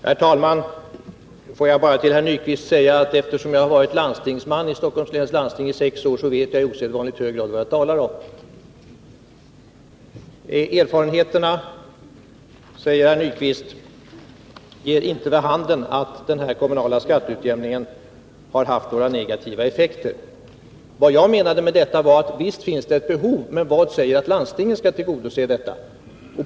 Herr talman! Får jag bara till Yngve Nyquist säga att eftersom jag varit landstingsman i Stockholms läns landsting i sex år, vet jag i osedvanligt hög grad vad jag talar om. Erfarenheterna, säger herr Nyquist, ger inte vid handen att den kommunala skatteutjämningen har haft några negativa effekter. Vad jag menade var att det förvisso finns ett behov i detta avseende. Men vad är det som säger att landstingen skall tillgodose detta?